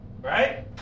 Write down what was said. right